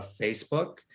Facebook